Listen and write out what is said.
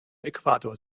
äquator